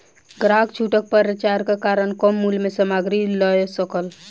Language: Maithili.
ग्राहक छूटक पर्चाक कारण कम मूल्य में सामग्री लअ सकल